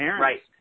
Right